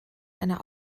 einer